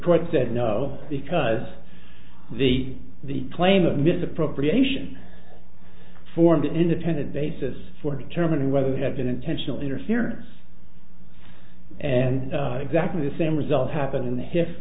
court said no because the the claim of misappropriation formed an independent basis for determining whether it had been intentional interference and exactly the same result happened in the h